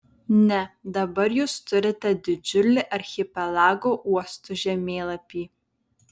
ne dabar jūs turite didžiulį archipelago uostų žemėlapį